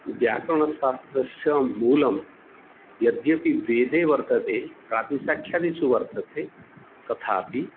व्याकरणशास्त्रस्य मूले यद्यपि भेदः वर्तते प्रातिसाङ्ख्यादिषु वर्तते तथापि